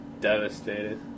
devastated